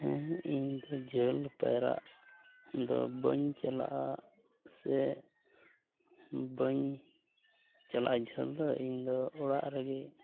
ᱦᱮᱸ ᱤᱧᱫᱚ ᱡᱷᱟᱹᱞ ᱯᱟᱭᱨᱟᱜ ᱫᱚ ᱵᱟᱹᱧ ᱪᱟᱞᱟᱜᱼᱟ ᱥᱮ ᱵᱟᱹᱧ ᱪᱟᱞᱟᱜᱼᱟ ᱡᱷᱟᱹᱞ ᱫᱚ ᱤᱧᱫᱚ ᱚᱲᱟᱜ ᱨᱮᱜᱮ